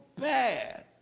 bad